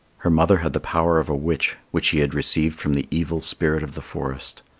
her mother had the power of a witch, which she had received from the evil spirit of the forest.